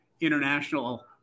international